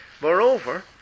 Moreover